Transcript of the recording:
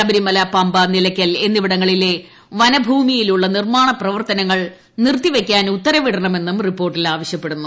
ശബരിമല പമ്പ ് നിലയ്ക്കൽ എന്നിവിടങ്ങളിലെ വനഭൂമിയിലുള്ള നിർമ്മാണ പ്രവർത്തനങ്ങൾ നിർത്തിവയ്ക്കാൻ ഉത്തരവിടണമെന്നും റിപ്പോർട്ടിൽ ആവശ്യപ്പെടുന്നു